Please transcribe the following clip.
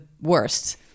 worst